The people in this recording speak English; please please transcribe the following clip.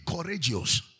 courageous